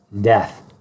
death